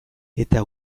eta